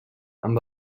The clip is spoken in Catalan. amb